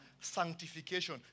sanctification